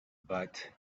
but